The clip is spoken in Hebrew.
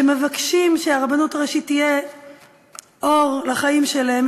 שמבקשים שהרבנות הראשית תהיה אור לחיים שלהם,